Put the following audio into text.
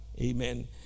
amen